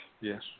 Yes